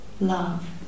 love